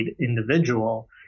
individual